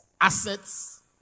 assets